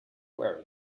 wear